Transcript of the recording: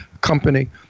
company